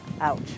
Ouch